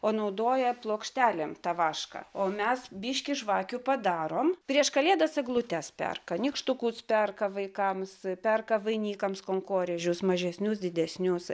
o naudoja plokštelėm tą vašką o mes biškį žvakių padarom prieš kalėdas eglutes perka nykštukus perka vaikams perka vainikams konkorėžius mažesnius didesnius